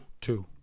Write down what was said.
Two